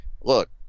Look